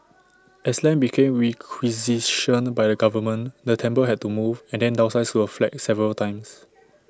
as land became requisitioned by the government the temple had to move and then downsize to A flat several times